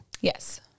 Yes